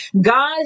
God